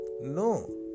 No